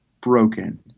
broken